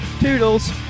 Toodles